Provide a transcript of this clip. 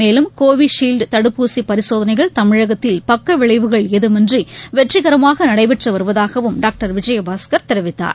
மேலும் கோவிஷீல்டு தடுப்பூசி பரிசோதனைகள் தமிழகத்தில் பக்கவிளைவுகள் ஏதுமின்றி வெற்றிகரமாக நடைபெற்று வருவதாகவும் டாக்டர் விஜயபாஸ்கர் தெரிவித்தார்